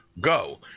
go